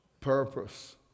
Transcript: Purpose